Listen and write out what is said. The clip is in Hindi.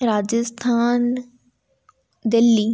राजस्थान दिल्ली